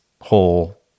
whole